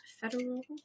federal